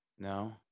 No